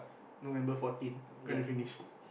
November fourteen going to finish